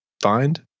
find